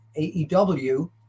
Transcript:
AEW